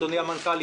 אדוני המנכ"ל,